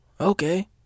Okay